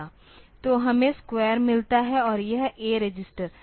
तो हमें स्क्वायर मिलता है और यह A रजिस्टर